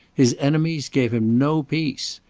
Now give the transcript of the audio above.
his enemies gave him no peace.